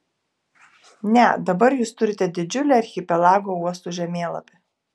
ne dabar jūs turite didžiulį archipelago uostų žemėlapį